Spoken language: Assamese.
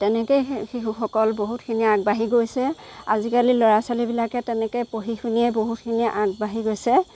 তেনেকৈ শিশুসকল বহুতখিনি আগবাঢ়ি গৈছে আজিকালি ল'ৰা ছোৱালীবিলাকে তেনেকৈ পঢ়ি শুনিয়ে বহুতখিনি আগবাঢ়ি গৈছে